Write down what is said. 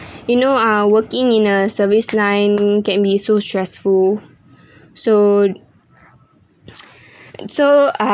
you know ah working in a service line can be so stressful so so ah